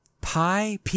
PI